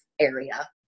area